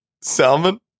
Salmon